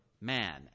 man